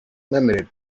limited